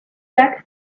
back